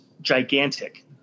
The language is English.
gigantic